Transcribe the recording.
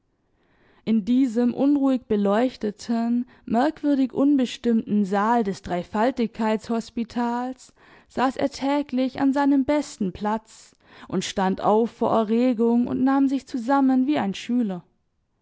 in diesem unruhig beleuchteten merkwürdig unbestimmten saal des dreifaltigkeitshospitals saß er täglich an seinem besten platz und stand auf vor erregung und nahm sich zusammen wie ein schüler